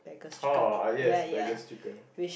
uh yes beggar's chicken